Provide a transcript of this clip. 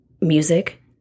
music